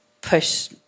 push